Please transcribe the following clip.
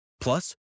Plus